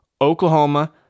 Oklahoma